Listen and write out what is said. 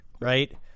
right